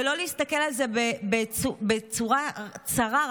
ולא להסתכל על זה בצורה צרה,